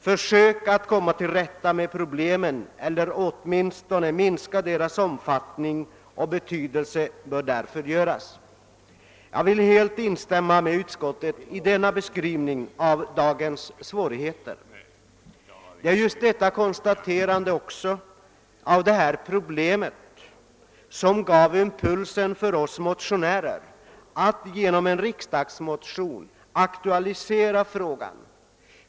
Försök att komma till rätta med problemen eller åtminstone minska deras omfattning och betydelse bör därför göras.» Jag vill helt instämma med utskottet i denna beskrivning av dagens svårigheter. Det var just konstaterandet av detta problem som gav impulsen till oss alt genom en riksdagsmotion aktualisera frågan.